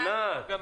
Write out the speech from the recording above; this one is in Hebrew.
הי, אוסנת.